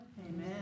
Amen